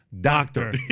doctor